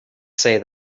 say